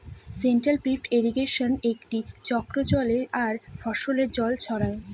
central pivot ইর্রিগেশনে একটি চক্র চলে আর ফসলে জল ছড়ায়